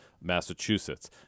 Massachusetts